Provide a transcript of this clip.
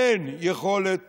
אין יכולת